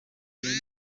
kigali